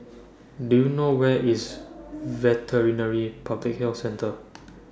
Do YOU know Where IS Veterinary Public Health Centre